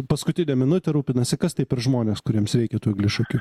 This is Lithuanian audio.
paskutinę minutę rūpinasi kas tai per žmonės kuriems reikia tų eglišakių